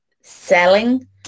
selling